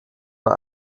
man